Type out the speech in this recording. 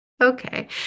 Okay